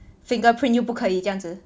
fingerprint 又不可以这样子